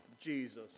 Jesus